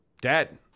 Dead